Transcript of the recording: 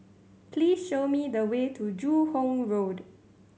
please show me the way to Joo Hong Road